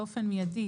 באופן מיידי,